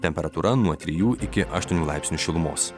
temperatūra nuo trijų iki aštuonių laipsnių šilumos